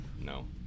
No